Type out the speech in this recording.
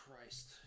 Christ